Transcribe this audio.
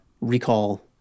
recall